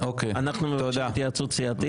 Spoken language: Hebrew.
אנחנו מבקשים התייעצות סיעתית.